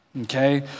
Okay